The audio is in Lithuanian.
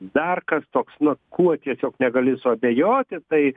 dar kas toks na kuo tiesiog negali suabejoti tai